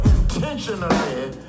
intentionally